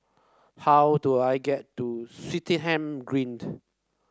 how do I get to Swettenham Greened